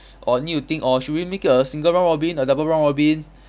or need to think or should we make a single round robin or double round robin